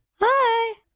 hi